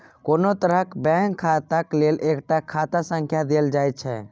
कोनो तरहक बैंक खाताक लेल एकटा खाता संख्या देल जाइत छै